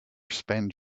spend